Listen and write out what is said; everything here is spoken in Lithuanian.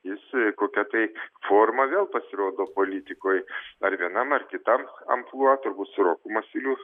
jis kokia tai forma vėl pasirodo politikoj ar vienam ar kitam amplua turbūt su roku masiuliu